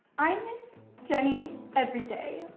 i miss jenny every day.